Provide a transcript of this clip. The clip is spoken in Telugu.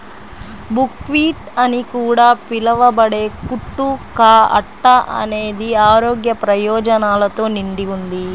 బుక్వీట్ అని కూడా పిలవబడే కుట్టు కా అట్ట అనేది ఆరోగ్య ప్రయోజనాలతో నిండి ఉంది